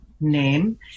name